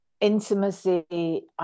intimacy